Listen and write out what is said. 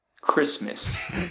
Christmas